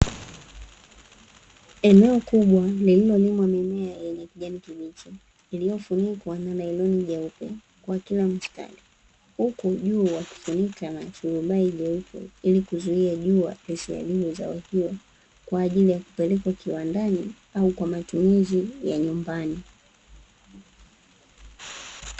Eneo kubwa lililolimwa mimea yenye kijani kibichi, iliyofunikwa na nailoni nyeupe kwa kila mstari. Huku juu wakifunika na turubai jeupe, ili kuzuia jua lisiharibu zao hilo, kwa ajili ya kupelekwa kiwandani au kwa matumizi ya nyumbani.